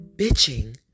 bitching